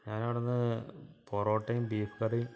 ഞാൻ അവിടെ നിന്ന് പൊറോട്ടയും ബീഫ് കറിയും